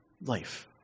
life